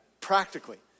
Practically